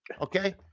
Okay